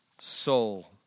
soul